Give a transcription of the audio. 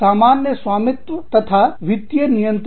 सामान्य स्वामित्व तथा वित्तीय नियंत्रण